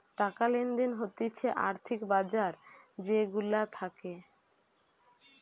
টাকা লেনদেন হতিছে আর্থিক বাজার যে গুলা থাকে